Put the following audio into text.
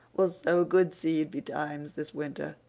we'll sow good seed betimes this winter.